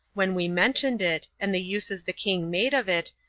when we mentioned it, and the uses the king made of it,